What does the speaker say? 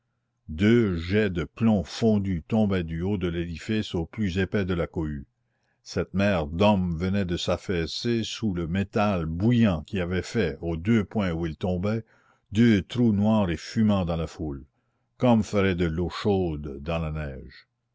deux jets de plomb fondu tombaient du haut de l'édifice au plus épais de la cohue cette mer d'hommes venait de s'affaisser sous le métal bouillant qui avait fait aux deux points où il tombait deux trous noirs et fumants dans la foule comme ferait de l'eau chaude dans la neige